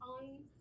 on